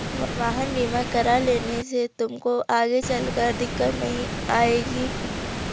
वाहन बीमा करा लेने से तुमको आगे चलकर दिक्कत नहीं आएगी